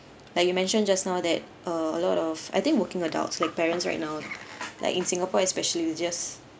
like you mentioned just now that uh a lot of I think working adults like parents right now like in singapore especially we just